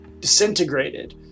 disintegrated